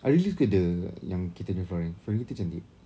I really suka the yang kitanya flooring flooring kita cantik